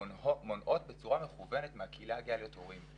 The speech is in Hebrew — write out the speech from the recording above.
מונעות בצורה מכוונת מהקהילה הגאה להיות הורים.